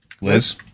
Liz